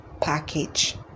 package